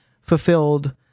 fulfilled